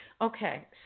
Okay